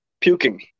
puking